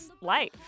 life